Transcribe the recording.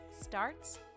starts